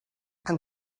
and